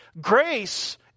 Grace